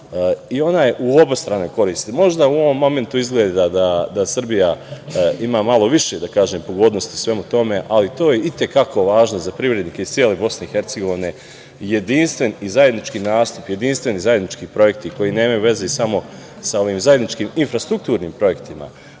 i ona je u obostranoj koristi, možda u ovom momentu izgleda da Srbija ima malo više pogodnosti svemu tome, ali to je i te kako važno za privrednike iz cele Bosne i Hercegovine. Jedinstven i zajednički nastup, jedinstveni i zajednički projekti koji nemaju veze samo sa ovim zajedničkim infrastrukturnim projektima,